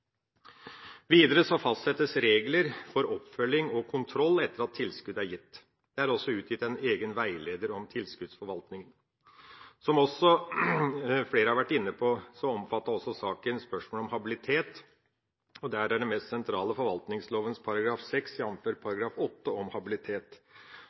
fastsettes regler for oppfølging og kontroll etter at tilskuddet er gitt. Det er også utgitt en egen veileder om tilskuddsforvaltning. Som flere har vært inne på, omfatter saken også spørsmålet om habilitet, og det mest sentrale